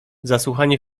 zasłuchani